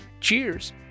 Cheers